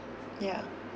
yeah